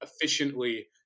efficiently